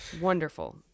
Wonderful